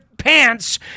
pants